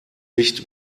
nicht